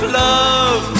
love